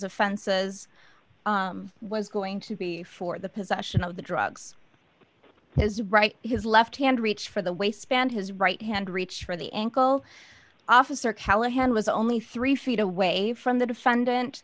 offenses was going to be for the possession of the drugs his right his left hand reach for the waistband his right hand reach for the ankle officer callahan was only three feet away from the defendant